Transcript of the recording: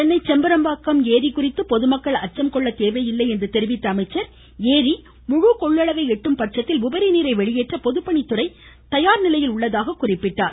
சென்னை செம்பரம்பாக்கம் ஏரி குறித்து பொதுமக்கள் அச்சம் கொள்ள தேவையில்லை என்று தெரிவித்த அமைச்சர் ஏரி முழுகொள்ளவை எட்டும்பட்சத்தில் உபரிநீரை வெளியேற்ற பொதுப்பணித்துறை தயார் நிலையில் உள்ளதாக கூறினார்